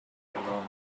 alone